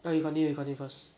no you continue you continue first